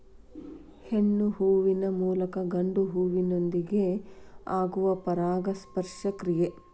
ಹೆಣ್ಣು ಹೂವಿನ ಮೂಲಕ ಗಂಡು ಹೂವಿನೊಂದಿಗೆ ಆಗುವ ಪರಾಗಸ್ಪರ್ಶ ಕ್ರಿಯೆ